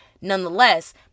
Nonetheless